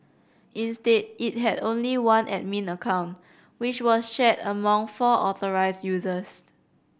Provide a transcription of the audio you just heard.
instead it had only one admin account which was shared among four authorised users